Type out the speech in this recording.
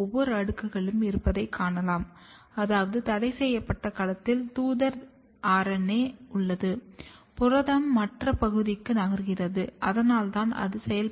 ஒவ்வொரு அடுக்குகளிலும் இருப்பதைக் காணலாம் அதாவது தடைசெய்யப்பட்ட களத்தில் தூதர் RNA உள்ளது புரதம் மற்ற பகுதிக்கு நகர்கிறது அதனால்தான் அது செயல்படுகிறது